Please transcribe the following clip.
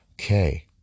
Okay